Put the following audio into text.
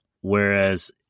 Whereas